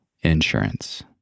insurance